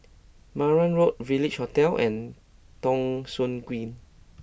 Marang Road Village Hotel and Thong Soon Green